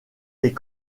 les